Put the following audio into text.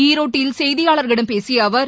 ஈரோட்டில் செய்தியாளர்களிடம் பேசிய அவர்